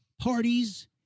parties